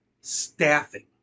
staffing